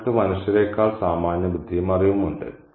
അവർക്ക് മനുഷ്യരേക്കാൾ സാമാന്യബുദ്ധിയും അറിവും ഉണ്ട്